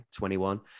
21